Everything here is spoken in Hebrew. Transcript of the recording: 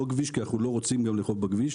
לא כביש כי אנחנו לא רוצים גם לאכוף בכביש,